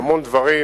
המון דברים,